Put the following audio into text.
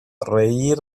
reír